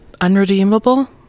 Unredeemable